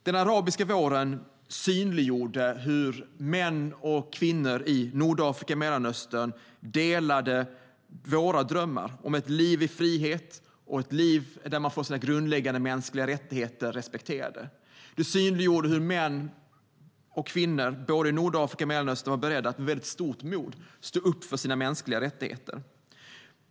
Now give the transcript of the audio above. Den arabiska våren synliggjorde hur män och kvinnor i Nordafrika och Mellanöstern delade våra drömmar om ett liv i frihet och ett liv där man får sina grundläggande mänskliga rättigheter respekterade. Det synliggjorde hur män och kvinnor i både Nordafrika och Mellanöstern var beredda att med stort mod stå upp för sina mänskliga rättigheter.